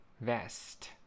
Vest